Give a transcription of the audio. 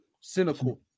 Cynical